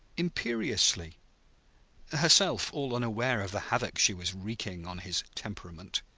imperiously herself all unaware of the havoc she was wreaking on his temperament.